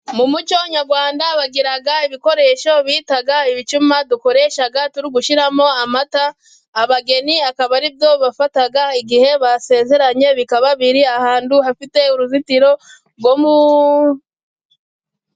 Mu muco nyarwanda bagira ibikoresho bita ibicuma dukoresha turigushyiramo amata, abageni akaba ari byo bafata igihe basezeranye bikaba biri ahantu hafite uruzitiro.